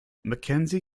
mackenzie